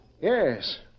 Yes